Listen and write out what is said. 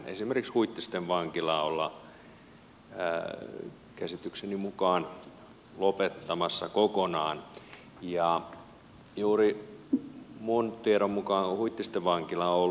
esimerkiksi huittisten vankilaa ollaan käsitykseni mukaan lopettamassa kokonaan ja juuri minun tietoni mukaan huittisten vankila on